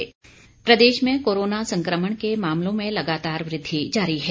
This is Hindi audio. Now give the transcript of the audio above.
हिमाचल कोरोना प्रदेश में कोरोना संक्रमण के मामलों में लगातार वृद्धि जारी है